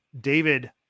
David